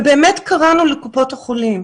ובאמת קראנו לקופות החולים